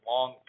Long